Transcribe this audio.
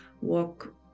walk